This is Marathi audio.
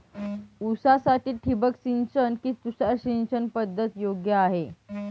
ऊसासाठी ठिबक सिंचन कि तुषार सिंचन पद्धत योग्य आहे?